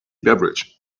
beverage